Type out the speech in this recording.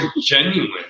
genuine